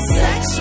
sex